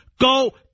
go